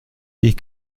die